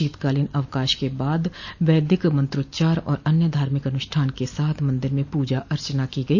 शीतकालीन अवकाश के बाद वैदिक मंत्रोच्चार और अन्य धार्मिक अनुष्ठान के साथ मंदिर में पूजा अर्चना की गई